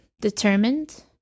determined